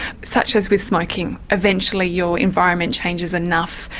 such as with smoking eventually your environment changes enough,